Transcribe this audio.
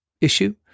issue